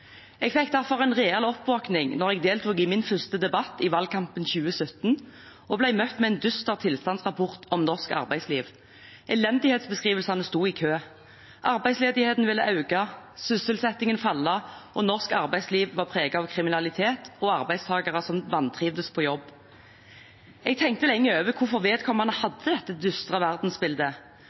Jeg fikk derfor en real oppvåkning da jeg deltok i min første debatt i valgkampen 2017 og ble møtt med en dyster tilstandsrapport om norsk arbeidsliv. Elendighetsbeskrivelsene sto i kø: Arbeidsledigheten ville øke, sysselsettingen ville falle, og norsk arbeidsliv var preget av kriminalitet og arbeidstakere som vantrivdes på jobb. Jeg tenkte lenge over hvorfor vedkommende hadde dette dystre verdensbildet,